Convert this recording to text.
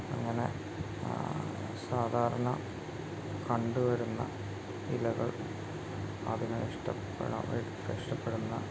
അങ്ങനെ സാധാരണ കണ്ടുവരുന്ന ഇലകൾ അതിന് ഇഷ്ടപെടാം ഇഷ്ടപ്പെടുന്ന